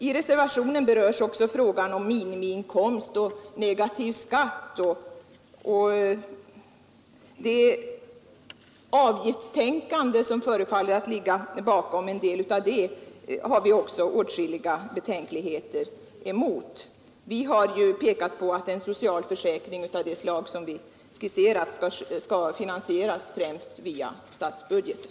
I reservationen berörs också frågan om minimiinkomst och negativ skatt. Det avgiftstänkande som förefaller att ligga bakom en del av detta resonemang har vi också åtskilliga betänkligheter emot. Vi har ju yrkat på att en socialförsäkring av det slag som vi skisserat främst skall finansieras via statsbudgeten.